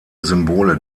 symbole